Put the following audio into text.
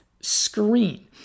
screen